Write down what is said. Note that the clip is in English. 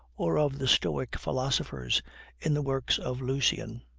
or of the stoic philosophers in the works of lucian.